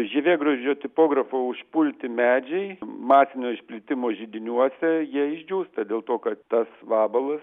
žievėgraužių tipografų užpulti medžiai masinio išplitimo židiniuose jie išdžiūsta dėl to kad tas vabalas